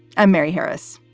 i'm mary harris.